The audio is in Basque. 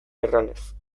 erranez